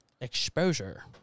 Exposure